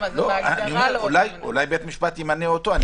אולי בית משפט ימנה אותו.